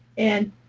and